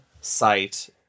site